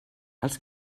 els